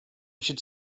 should